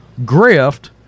grift